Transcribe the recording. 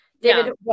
David